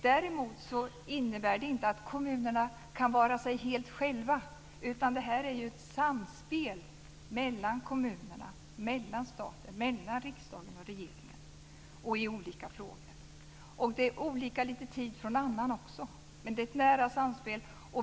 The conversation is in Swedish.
Däremot innebär det inte att kommunerna kan sköta sig helt själva, utan det handlar ju om ett samspel i olika frågor mellan kommunerna och staten och mellan riksdagen och regeringen. Det är ett nära samspel.